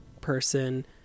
person